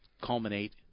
culminate